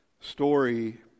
story